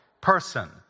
person